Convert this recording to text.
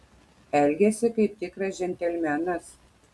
elgėsi kaip tikras džentelmenas